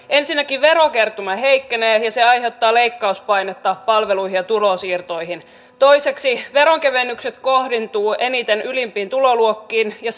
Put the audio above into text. ensinnäkin verokertymä heikkenee ja ja se aiheuttaa leikkauspainetta palveluihin ja tulonsiirtoihin toiseksi veronkevennykset kohdentuvat eniten ylimpiin tuloluokkiin ja